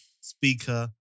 Speaker